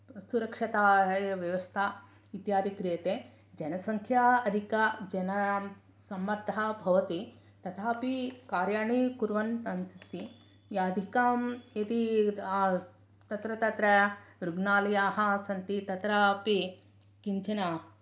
सुरक्षता व्यवस्था इत्यादि क्रियते जनसंख्या अधिका जनसम्मर्दः भवति तथापि कार्याणि कुर्वन् अस्ति याधिकां यदि तत्र तत्र रुग्णालयाः सन्ति तत्रापि किञ्चन